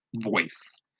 voice